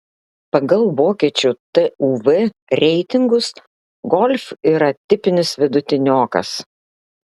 pagal vokiečių tuv reitingus golf yra tipinis vidutiniokas